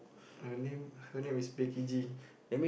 her name her name is Becky G